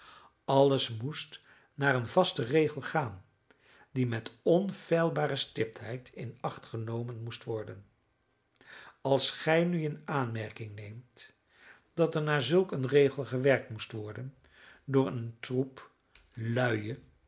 alles moest naar een vasten regel gaan die met onfeilbare stiptheid in acht genomen moest worden als gij nu in aanmerking neemt dat er naar zulk een regel gewerkt moest worden door een troep luie